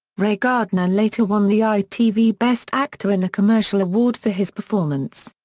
ray gardner later won the itv best actor in a commercial award for his performance.